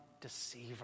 deceiver